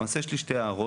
למעשה יש לי שתי הערות.